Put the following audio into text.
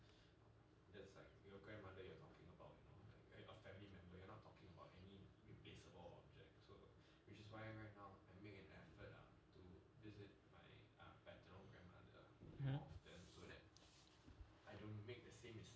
mmhmm